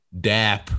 dap